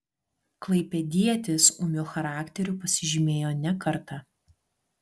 klaipėdietis ūmiu charakteriu pasižymėjo ne kartą